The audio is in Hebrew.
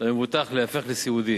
למבוטח להיהפך לסיעודי.